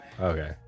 Okay